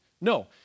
No